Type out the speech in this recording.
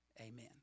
Amen